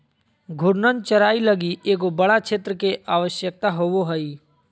घूर्णन चराई लगी एगो बड़ा क्षेत्र के आवश्यकता होवो हइ